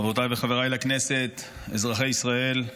חברותיי וחבריי לכנסת, אזרחי ישראל,